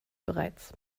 bereits